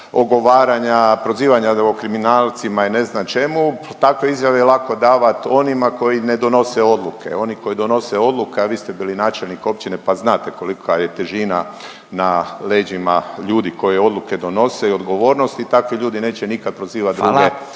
ogovaranja, prozivanja o kriminalcima i ne znam čemu, takve izjave je lako davat onima koji ne donose odluke. Oni koji donose odluke, a vi ste bili načelnik općine pa znate kolika je težina na leđima ljudi koji odluke donose i odgovornosti, takvi ljudi neće nikad prozivat druge